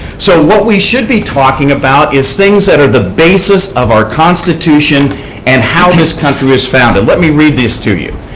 so what we should be talking about is things that are the basis of our constitution and how this country was founded. let me read this to you.